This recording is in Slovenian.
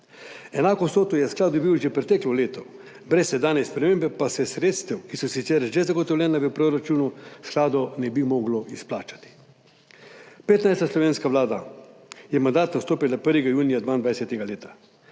Enako vsoto je sklad dobil že preteklo leto, brez sedanje spremembe pa se sredstev, ki so sicer že zagotovljena v proračunu, skladu ne bi moglo izplačati. 15. slovenska vlada je mandat nastopila 1. junija leta